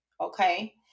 Okay